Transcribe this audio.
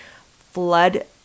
flood